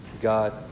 God